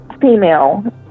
female